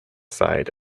side